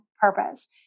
purpose